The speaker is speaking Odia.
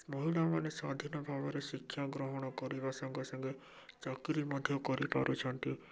ମହିଳାମାନେ ସ୍ୱାଧୀନ ଭାବରେ ଶିକ୍ଷାଗ୍ରହଣ କରିବା ସଙ୍ଗେ ସଙ୍ଗେ ଚାକିରୀ ମଧ୍ୟ କରିପାରୁଛନ୍ତି